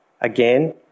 again